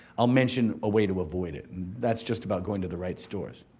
i'll mention a way to avoid it and that's just about going to the right stores.